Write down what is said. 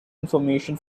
information